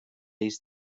lleis